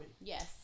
Yes